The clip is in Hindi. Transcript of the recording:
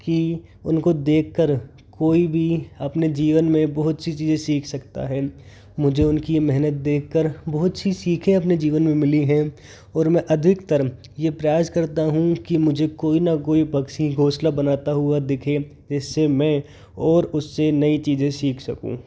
कि उनको देखकर कोई भी अपने जीवन में बहुत सी चीज़ें सीख सकता है मुझे उनकी ये मेहनत देख कर बहुत सी सीखें मुझे अपने जीवन में मिली हैं और मैं अधिकतर ये प्रयास करता हूँ कि मुझे कोई न कोई पक्षी घोंसला बनाता हुआ दिखे जिससे मैं और उससे नई चीज़ें सीख सकूँ